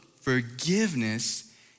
forgiveness